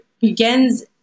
begins